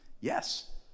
yes